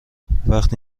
وقتی